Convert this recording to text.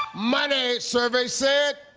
money. survey said.